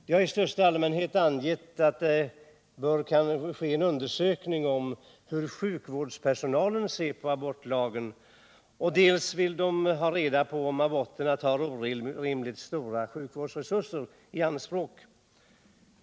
De har i största allmänhet angivit dels att det bör genomföras en undersökning om hur sjukvårdspersonalen ser på abortlagen, dels att man bör ta reda på om aborterna tar orimligt stora sjukvårdsresurser i anspråk.